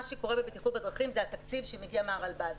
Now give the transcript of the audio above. מה שקורה בבטיחות בדרכים זה התקציב שמגיע מהרלב"ד.